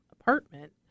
apartment